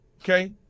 okay